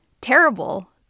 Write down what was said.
terrible